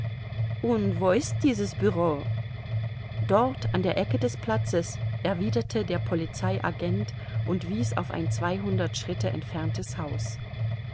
und wo ist dieses bureau dort an der ecke des platzes erwiderte der polizei agent und wies auf ein zweihundert schritte entferntes haus